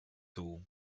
too